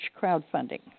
crowdfunding